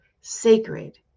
sacred